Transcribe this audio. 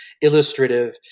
illustrative